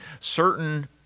certain